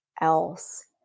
else